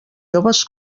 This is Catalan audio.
joves